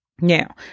Now